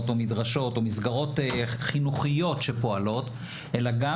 או מדרשות או מסגרות חינוכיות שפועלות אלא גם